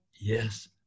Yes